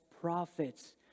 prophets